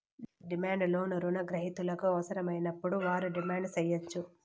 demand loan రుణ గ్రహీతలకు అవసరమైనప్పుడు వారు డిమాండ్ సేయచ్చు